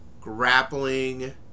grappling